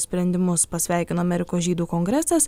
sprendimus pasveikino amerikos žydų kongresas